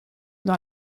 dans